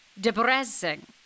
depressing